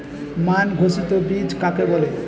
মান ঘোষিত বীজ কাকে বলে?